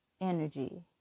energy